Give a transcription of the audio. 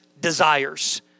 desires